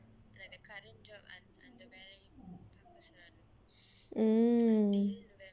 mm